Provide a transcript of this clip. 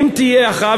אם תהיה הכרעה,